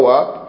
up